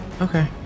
Okay